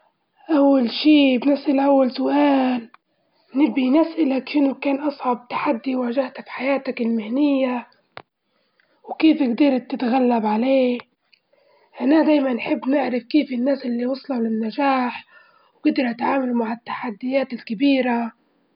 أول شي بنسأل أول سؤال نبي نسألك شنو كان أصعب تحدي واجهته بحياتك المهنية؟ وكيف قدرت تتغلب عليه؟ لإن أنا دايمًا نحب نعرف كيف الناس اللي وصلوا على النجاح وقدروا يتعاملوا مع التحديات الكبيرة.